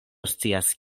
scias